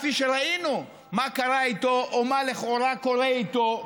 כפי שראינו מה קרה איתו או מה לכאורה קורה איתו,